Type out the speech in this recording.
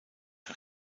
een